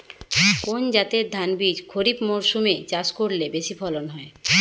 কোন জাতের ধানবীজ খরিপ মরসুম এ চাষ করলে বেশি ফলন হয়?